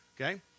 okay